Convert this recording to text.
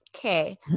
okay